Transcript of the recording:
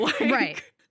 Right